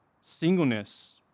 singleness